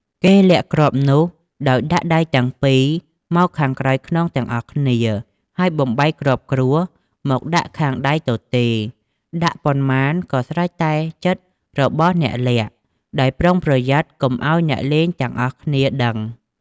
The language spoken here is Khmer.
គេលាក់គ្រាប់នោះ ដោយដាក់ដៃទាំង ២ មកខាងក្រោយខ្នងទាំងអស់គ្នា ហើយបំបែកគ្រាប់គ្រួសមកដាក់ខាងដៃទទេ ដាក់ប៉ុន្មានក៏ស្រេចតែចិត្តរបស់អ្នកលាក់ ដោយប្រុងប្រយ័ត្នកុំឲ្យអ្នកលេងទាំងអស់គ្នាដឹង។